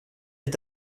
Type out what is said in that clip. est